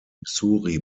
missouri